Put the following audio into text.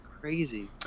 crazy